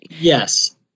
Yes